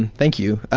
and thank you.